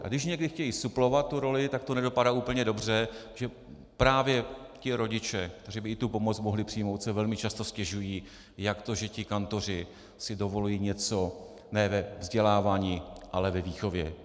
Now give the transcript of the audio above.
A když někdy chtějí suplovat tu roli, tak to nedopadá úplně dobře, protože právě ti rodiče, kteří by i tu pomoc mohli přijmout, si velmi často stěžují, jak to, že ti kantoři si dovolují něco ne ve vzdělávání, ale ve výchově.